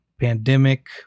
pandemic